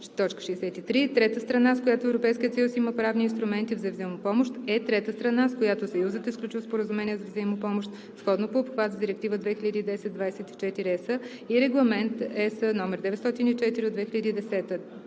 така: „63. „Трета страна, с която Европейският съюз има правни инструменти за взаимопомощ“, е трета страна, с която Съюзът е сключил споразумение за взаимопомощ, сходно по обхват с Директива 2010/24/ЕС и Регламент (ЕС) № 904/2010.“